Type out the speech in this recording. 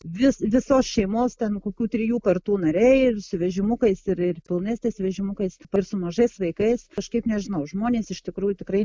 vis visos šeimos ten kokių trijų kartų nariai ir su vežimukais ir ir pilnesniais vežimukais ir su mažais vaikais kažkaip nežinau žmonės iš tikrųjų tikrai